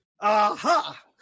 Aha